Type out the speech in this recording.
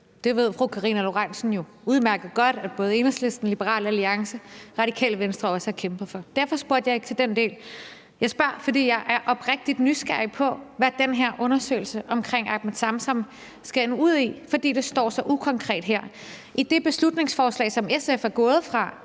Det ved fru Karina Lorentzen Dehnhardt jo udmærket godt at både Enhedslisten, Liberal Alliance og Radikale Venstre også har kæmpet for. Derfor spurgte jeg ikke til den del. Jeg spørger, fordi jeg er oprigtig nysgerrig på, hvad den her undersøgelse om Ahmed Samsam skal ende ud i, fordi det står så ukonkret her. I det beslutningsforslag, som SF er gået fra,